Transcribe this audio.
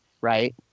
right